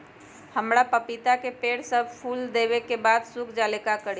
हमरा पतिता के पेड़ सब फुल देबे के बाद सुख जाले का करी?